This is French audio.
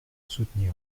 soutenir